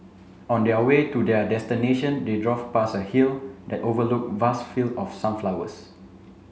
on their way to their destination they drove past a hill that overlooked vast field of sunflowers